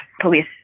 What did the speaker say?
police